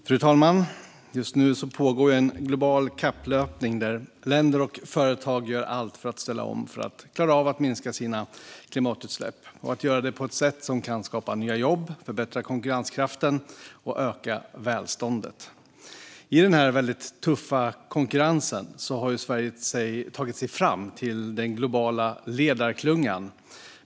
Fru talman! Just nu pågår en global kapplöpning där länder och företag gör allt för att ställa om för att klara av att minska sina klimatutsläpp på ett sätt som kan skapa nya jobb, förbättra konkurrenskraften och öka välståndet. I den tuffa konkurrensen har Sverige tagit sig fram till den globala ledarklungan.